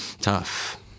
Tough